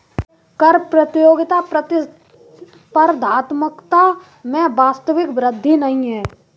कर प्रतियोगिता प्रतिस्पर्धात्मकता में वास्तविक वृद्धि नहीं है